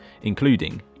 including